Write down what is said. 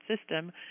system